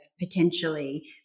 potentially